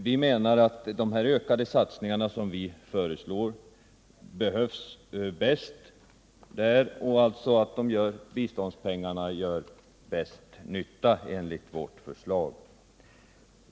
Vi menar att de ökade biståndspengarna gör bäst nytta i de länder som vi har föreslagit att de skall gå till.